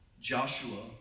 Joshua